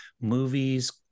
Movies